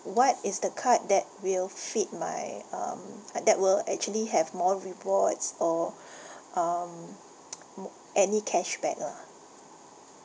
what is the card that will fit my um uh that will actually have more rewards or um more any cashback lah